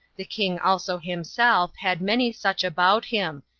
the king also himself had many such about him,